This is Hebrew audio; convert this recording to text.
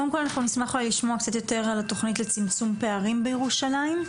קודם כל נשמח לשמוע קצת יותר על התכנית לצמצום פערים בירושלים.